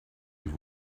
you